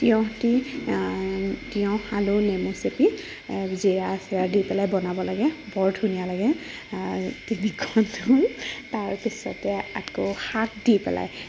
তিয়ঁহ দি তিয়ঁহ আলু নেমু চেপি জিৰা চিৰা দি পেলাই বনাব লাগে বৰ ধুনীয়া লাগে তাৰপিছতে আকৌ শাক দি পেলাই